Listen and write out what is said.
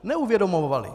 Neuvědomovali.